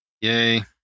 yay